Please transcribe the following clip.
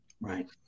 Right